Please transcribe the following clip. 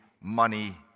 money